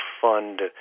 fund